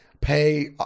Pay